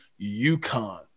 UConn